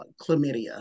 chlamydia